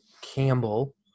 Campbell